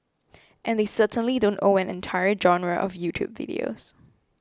and they certainly don't own an entire genre of YouTube videos